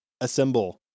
assemble